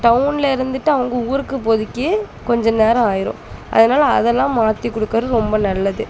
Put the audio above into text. டவுன்ல இருந்துட்டு அவங்க ஊருக்கு போகிறதுக்கே கொஞ்ச நேரம் ஆயிடும் அதனால் அதெல்லாம் மாற்றிக் கொடுக்கறது ரொம்ப நல்லது